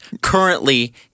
currently